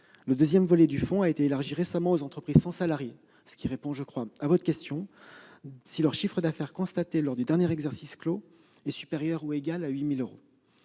le second volet du fonds a été élargi récemment aux entreprises sans salarié- ce qui me paraît répondre à votre question -, si leur chiffre d'affaires constaté lors du dernier exercice clos est supérieur ou égal à 8 000 euros.